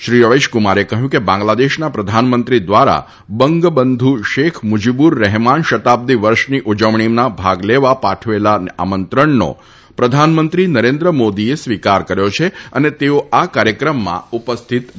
શ્રી રવિશકુમારે કહ્યું કે બાંગ્લાદેશના પ્રધાનમંત્રી દ્વારા બંગબંધુ શેખ મુજીબુર રહેમાન શતાબ્દી વર્ષની ઉજવણીમાં ભાગ લેવા પાઠવેલા આમંત્રણનો પ્રધાનમંત્રી નરેન્દ્ર મોદીએ સ્વિકાર કર્યો છે અને તેઓ આ કાર્યક્રમમાં ઉપસ્થિત રહેશે